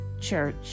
church